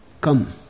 come